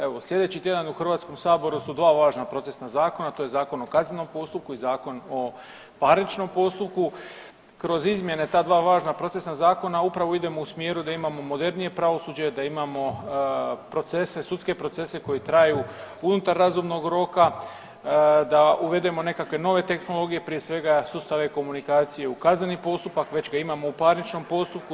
Evo sljedeći tjedan u HS-u su dva važna procesna zakona, to je Zakon o kaznenom postupku i Zakon o parničnom postupku, kroz izmjene ta dva važna procesna zakona upravo idemo u smjeru da imamo modernije pravosuđe, da imamo procese, sudske procese koji traju unutar razumnog roka, da uvedemo nekakve nove tehnologije prije svega sustav e-komunikacije u kazneni postupak već ga imamo u parničnom postupku.